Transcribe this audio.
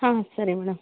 ಹಾಂ ಸರಿ ಮೇಡಮ್